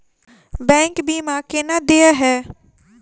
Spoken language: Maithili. बैंक बीमा केना देय है?